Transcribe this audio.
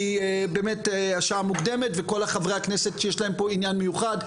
כי השעה מוקדמת וכל חברי הכנסת שיש להם פה עניין מיוחד.